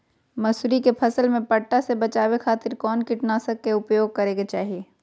मसूरी के फसल में पट्टा से बचावे खातिर कौन कीटनाशक के उपयोग करे के चाही?